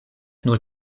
nur